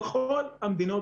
כמעט בכל המדינות